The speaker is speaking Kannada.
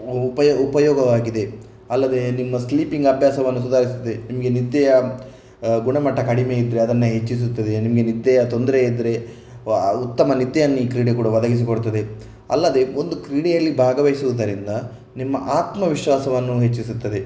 ಉಪಯೋಗ ಉಪಯೋಗವಾಗಿದೆ ಅಲ್ಲದೆ ನಿಮ್ಮ ಸ್ಲೀಪಿಂಗ್ ಅಭ್ಯಾಸವನ್ನು ಸುಧಾರಿಸ್ತದೆ ನಿಮಗೆ ನಿದ್ದೆಯ ಗುಣಮಟ್ಟ ಕಡಿಮೆ ಇದ್ದರೆ ಅದನ್ನು ಹೆಚ್ಚಿಸುತ್ತದೆ ನಿಮಗೆ ನಿದ್ದೆಯ ತೊಂದರೆ ಇದ್ದರೆ ಉತ್ತಮ ನಿದ್ದೆಯನ್ನು ಈ ಕ್ರೀಡೆ ಕೂಡ ಒದಗಿಸಿಕೊಡ್ತದೆ ಅಲ್ಲದೆ ಒಂದು ಕ್ರೀಡೆಯಲ್ಲಿ ಭಾಗವಹಿಸುವುದರಿಂದ ನಿಮ್ಮ ಆತ್ಮವಿಶ್ವಾಸವನ್ನು ಹೆಚ್ಚಿಸುತ್ತದೆ